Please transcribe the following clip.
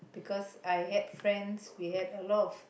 because I had friends we had a lot of